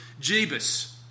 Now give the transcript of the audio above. Jebus